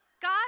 God